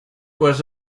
was